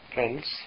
Friends